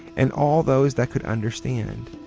and all those that could understand,